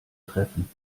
treffen